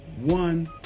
one